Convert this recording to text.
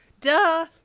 Duh